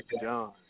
John